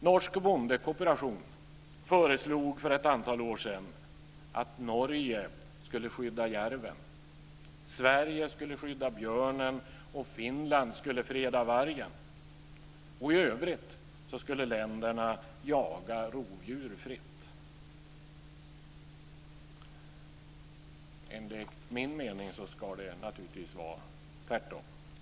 Norsk bondekooperation föreslog för ett antal år sedan att Norge skulle skydda järven, att Sverige skulle skydda björnen och att Finland skulle freda vargen. I övrigt skulle länderna jaga rovdjur fritt. Enligt min mening ska det vara tvärtom.